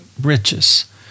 riches